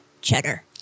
cheddar